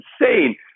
insane